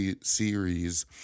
series